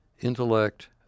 intellect